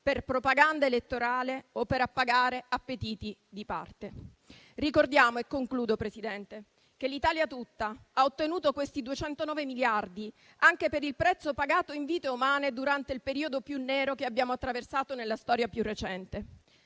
per propaganda elettorale o per appagare appetiti di parte. Ricordiamo - e concludo, Presidente - che l'Italia tutta ha ottenuto questi 209 miliardi anche per il prezzo pagato in vite umane durante il periodo più nero che abbiamo attraversato nella storia più recente.